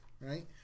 right